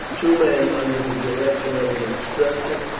two men, under the direction of an instructor,